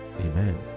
Amen